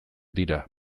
dira